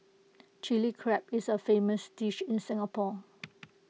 Chilli Crab is A famous dish in Singapore